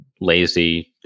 lazy